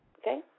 Okay